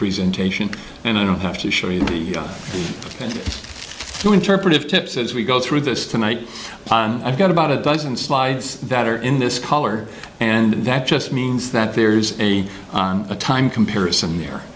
presentation and i don't have to show you the interpretive tips as we go through this tonight i've got about a dozen slides that are in this color and that just means that there's a time comparison here